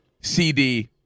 CD